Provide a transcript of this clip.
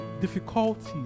difficulties